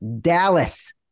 Dallas